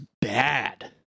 bad